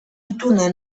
ituna